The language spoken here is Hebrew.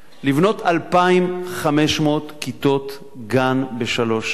לבנות 2,500 כיתות גן בשלוש שנים.